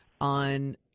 on